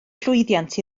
llwyddiant